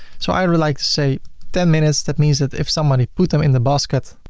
so i and would like to say ten minutes. that means that if somebody put them in the basket,